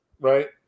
right